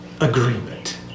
agreement